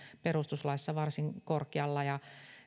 perustuslaissa varsin korkealla ja